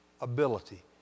ability